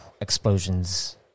explosions